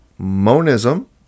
Monism